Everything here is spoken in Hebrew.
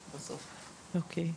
אוקיי.